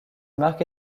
marque